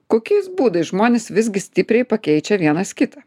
kokiais būdais žmonės visgi stipriai pakeičia vienas kitą